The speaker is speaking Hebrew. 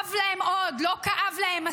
שיכאב להם עוד, לא כאב להם מספיק.